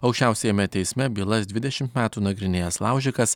aukščiausiajame teisme bylas dvidešimt metų nagrinėjęs laužikas